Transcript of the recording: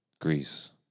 Greece